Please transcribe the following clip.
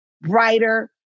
brighter